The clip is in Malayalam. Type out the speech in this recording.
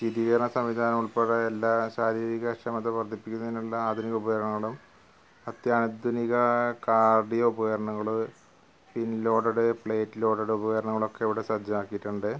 ശീതീകരണ സംവിധാനം ഉൾപ്പെടെ എല്ലാ ശാരീരിക ക്ഷമത വർദ്ധിപ്പിക്കുന്നതിനുള്ള ആധുനിക ഉപകരണങ്ങളും അത്യാധുനിക കാർഡിയോ ഉപകരണങ്ങൾ ഇൻ ലോഡഡ് പ്ലേറ്റ് ലോഡഡ് ഉപകരണങ്ങളൊക്കെ ഇവിടെ സജ്ജമാക്കിയിട്ടുണ്ട്